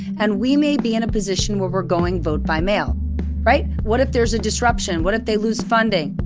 and we may be in a position where we're going vote-by-mail, right. what if there's a disruption? what if they lose funding?